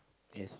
yes